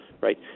right